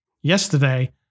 yesterday